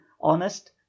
honest